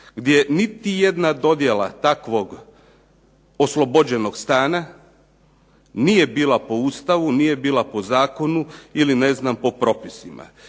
gdje niti jedna dodjela takvog oslobođenog stana nije bila po Ustavu, nije bila po zakonu ili ne znam po propisima.